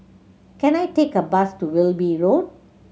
can I take a bus to Wilby Road